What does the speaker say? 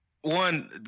one